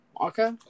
Okay